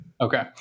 Okay